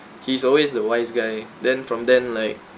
he's always the wise guy then from then like